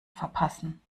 verpassen